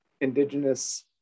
indigenous